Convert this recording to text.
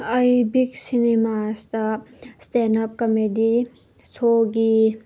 ꯑꯩ ꯕꯤꯛꯁ ꯁꯤꯅꯤꯃꯥꯁꯇ ꯏꯁꯇꯦꯟꯑꯞ ꯀꯃꯦꯗꯤ ꯁꯣꯒꯤ